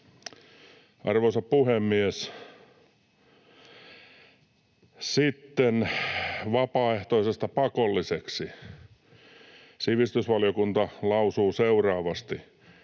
Arvoisa puhemies! Sitten vapaaehtoisesta pakolliseksi. Sivistysvaliokunta lausuu seuraavasti: